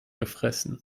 gefressen